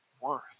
worth